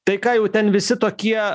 tai ką jau ten visi tokie